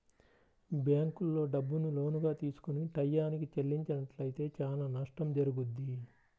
బ్యేంకుల్లో డబ్బుని లోనుగా తీసుకొని టైయ్యానికి చెల్లించనట్లయితే చానా నష్టం జరుగుద్ది